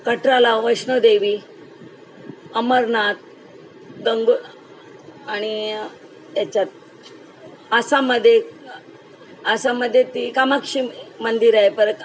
कटराला वैष्णवदेवी अमरनाथ दंग आणि याच्यात आसाममध्ये आसाममध्ये ती कामाक्षी मंदिर आहे परत